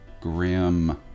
grim